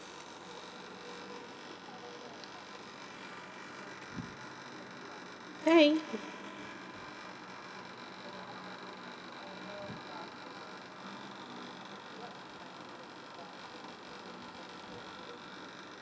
hi